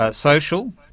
ah social?